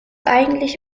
eigentlich